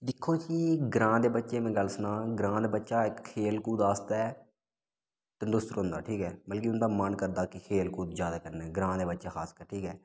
दिक्खो जी ग्रांऽ दे बच्चे में गल्ल सनां ग्रांऽ दा बच्चा इक खेल कूद आस्तै तंदरुस्त रौंह्दा ठीक ऐ बल्के उं'दा मन करदा कि खेल कूद जाना ग्रांऽ दे बच्चे खासकर ठीक ऐ